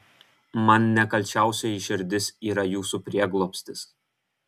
man nekalčiausioji širdis yra jūsų prieglobstis